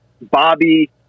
Bobby